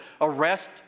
arrest